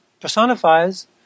personifies